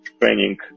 training